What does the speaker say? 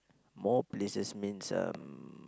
more places means um